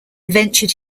ventured